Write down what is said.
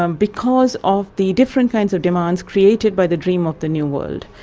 um because of the different kinds of demands created by the dream of the new world.